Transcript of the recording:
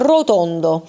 Rotondo